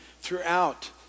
throughout